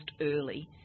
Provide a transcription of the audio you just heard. early